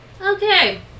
Okay